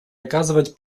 оказывать